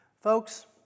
Folks